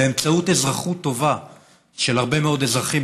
באמצעות אזרחות טובה של הרבה מאוד אזרחים